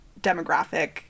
demographic